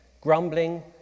Grumbling